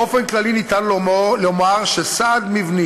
באופן כללי ניתן לומר שסעד מבני